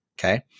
Okay